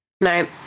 no